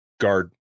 guard